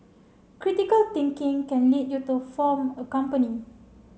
critical thinking can lead you to form a company